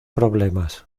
problemas